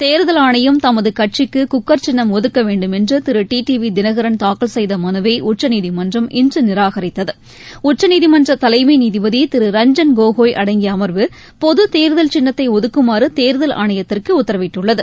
தேர்தல் ஆணையம் தமதுகட்சிக்குக்கர் சின்னம் ஒதுக்கவேண்டும் என்றுதிரு டி டிவிதினகரன் தாக்கல் செய்தமனுவை உச்சநீதிமன்றம் இன்றுநிராகரித்தது உச்சநீதிமன்றதலைமைநீதிபதிதிரு ரஞ்சன் கோகோய் அடங்கியஅமர்வு பொதுதேர்தல் சின்னத்தைஒதுக்குமாறுதேர்தல் ஆணையத்திற்குஉத்தரவிட்டுள்ளது